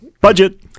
Budget